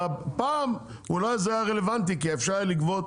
פעם אולי זה היה רלוונטי כי אפשר היה לגבות